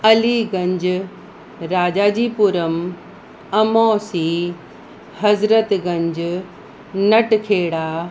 Aliganj Rajajipuram Amausi Hazratganj Natkhera